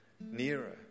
nearer